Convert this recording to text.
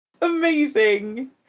Amazing